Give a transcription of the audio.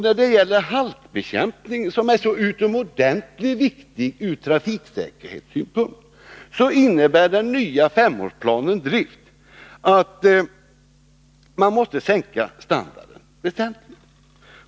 Beträffande halkbekämpningen, som är så utomordentligt viktig ur trafiksäkerhetssynpunkt, innebär den nya femårsplanen för driften att standarden måste sänkas väsentligt.